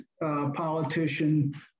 politician